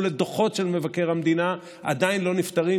לדוחות של מבקר המדינה עדיין לא נפתרים,